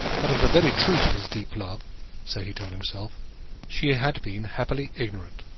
but of the very truth of his deep love so he told himself she had been happily ignorant.